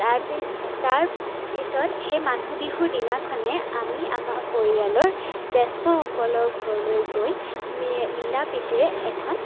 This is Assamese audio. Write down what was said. তাৰপি তাৰপিছত সেই মানুহ বিহুৰ দিনাখনে আমি আমাৰ পৰিয়ালৰ জ্যেষ্ঠসকলৰ ঘৰলৈ গৈ মি মিলা প্ৰীতিৰে এখন